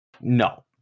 No